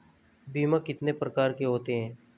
बीमा कितने प्रकार के होते हैं?